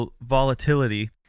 volatility